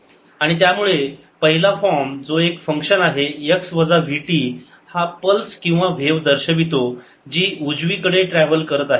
आणि त्यामुळे पहिला फॉर्म जो एक फंक्शन आहे x वजा vt हा पल्स किंवा व्हेव दर्शवितो जी उजवीकडे ट्रॅव्हल करत आहे